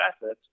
assets